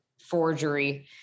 forgery